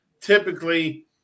typically